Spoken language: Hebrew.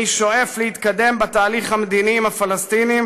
אני שואף להתקדם בתהליך המדיני עם הפלסטינים